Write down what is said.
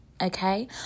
okay